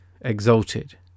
exalted